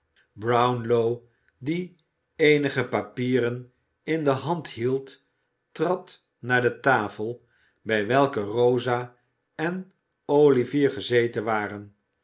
brownlow die eenige papieren in de hand hield trad naar de tafel bij welke rosa en olivier gezeten waren